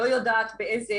לא יודעת באיזה,